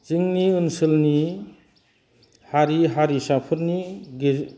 जोंनि ओनसोलनि हारि हारिसाफोरनि